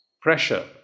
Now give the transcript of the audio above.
Pressure